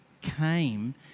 came